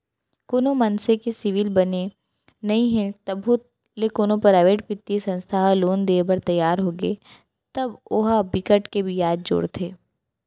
कोनो मनसे के सिविल बने नइ हे तभो ले कोनो पराइवेट बित्तीय संस्था ह लोन देय बर तियार होगे तब ओ ह बिकट के बियाज जोड़थे